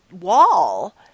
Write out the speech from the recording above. wall